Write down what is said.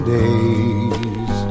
days